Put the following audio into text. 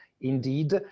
indeed